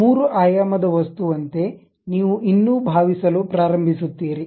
3 ಆಯಾಮದ ವಸ್ತುವಂತೆ ನೀವು ಇನ್ನೂ ಭಾವಿಸಲು ಪ್ರಾರಂಭಿಸುತ್ತೀರಿ